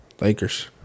Lakers